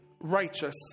righteous